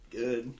good